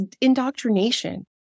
indoctrination